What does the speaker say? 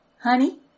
Honey